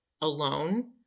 alone